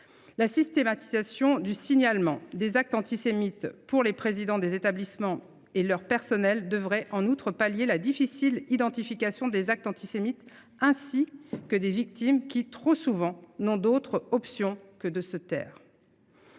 La systématisation du signalement des actes antisémites par les présidents des établissements et leurs personnels devrait, en outre, pallier la difficile identification des actes antisémites ainsi que des victimes, qui, trop souvent, n’ont d’autre option que de se taire.